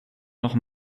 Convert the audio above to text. noch